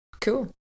Cool